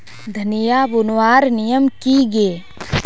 धनिया बूनवार नियम की गे?